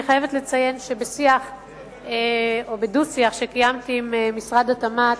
אני חייבת לציין שבדו-שיח שקיימתי עם משרד התמ"ת,